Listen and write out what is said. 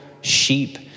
sheep